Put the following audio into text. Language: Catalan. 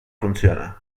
funciona